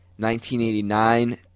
1989